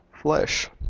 flesh